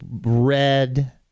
red